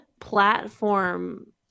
platform